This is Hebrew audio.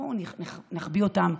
בואו נחביא אותם,